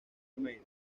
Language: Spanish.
almeida